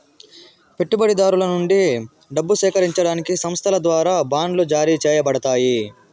పెట్టుబడిదారుల నుండి డబ్బు సేకరించడానికి సంస్థల ద్వారా బాండ్లు జారీ చేయబడతాయి